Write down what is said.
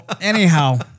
anyhow